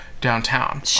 downtown